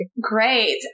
Great